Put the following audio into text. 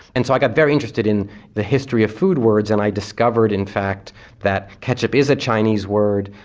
and so i got very interested in the history of food words and i discovered in fact that ketchup is a chinese word,